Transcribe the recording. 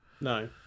No